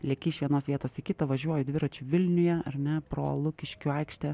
leki iš vienos vietos į kitą važiuoju dviračiu vilniuje ar ne pro lukiškių aikštę